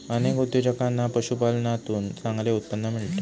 अनेक उद्योजकांना पशुपालनातून चांगले उत्पन्न मिळते